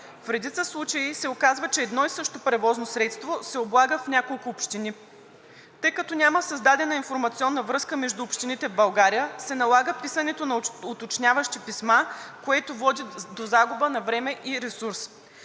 В редица случаи се оказва, че едно и също превозно средство се облага в няколко общини. Тъй като няма създадена информационна връзка между общините в България, се налага вписването на уточняващи писма, което води до загуба на време и ресурс.